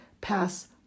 pass